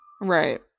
right